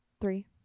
Three